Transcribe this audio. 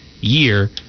year